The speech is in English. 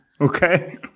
Okay